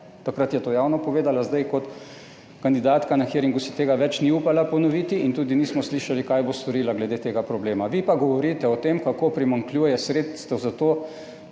Takrat je to javno povedala. Zdaj kot kandidatka na hearingu si tega več ni upala ponoviti in tudi nismo slišali, kaj bo storila glede tega problema. Vi pa govorite o tem, kako primanjkljaje sredstev za to,